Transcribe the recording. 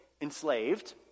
enslaved